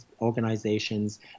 organizations